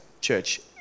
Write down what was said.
church